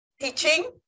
teaching